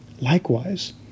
Likewise